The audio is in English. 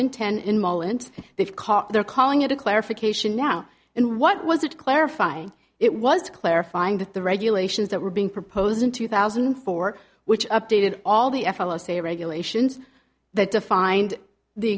and ten in maryland they've caught they're calling it a clarification now and what was it clarify it was clarifying that the regulations that were being proposed in two thousand and four which updated all the f l oh say regulations that defined the